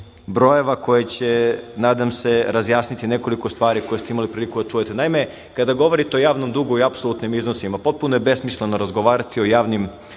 brojeva koje će, nadam se, razjasniti nekoliko stvari koje se imali priliku da čujete. Naime, kada govorite o javnom dugu i apsolutnim iznosima potpuno je besmisleno razgovarati o javnom